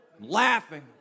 laughing